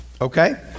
Okay